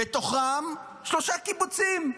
ובתוכם שלושה קיבוצים: